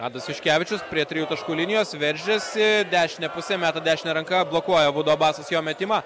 adas juškevičius prie trijų taškų linijos veržiasi dešine puse meta dešine ranka blokuoja abudo abasas jo metimą